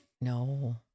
No